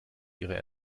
ihre